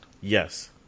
Yes